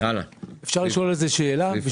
לשאול שאלה.